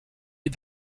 est